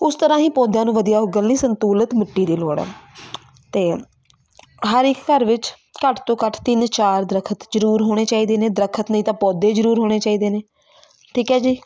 ਉਸ ਤਰ੍ਹਾਂ ਹੀ ਪੌਦਿਆਂ ਨੂੰ ਵਧੀਆ ਉੱਗਣ ਲਈ ਸੰਤੁਲਿਤ ਮਿੱਟੀ ਦੀ ਲੋੜ ਹੈ ਅਤੇ ਹਰ ਇੱਕ ਘਰ ਵਿੱਚ ਘੱਟ ਤੋਂ ਘੱਟ ਤਿੰਨ ਚਾਰ ਦਰੱਖਤ ਜ਼ਰੂਰ ਹੋਣੇ ਚਾਹੀਦੇ ਨੇ ਦਰੱਖਤ ਨਹੀਂ ਤਾਂ ਪੌਦੇ ਜ਼ਰੂਰ ਹੋਣੇ ਚਾਹੀਦੇ ਨੇ ਠੀਕ ਹੈ ਜੀ